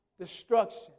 destruction